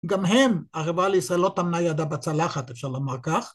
גם הם, החברה לישראל לא טמנה ידה בצלחת, אפשר לומר כך